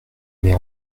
mets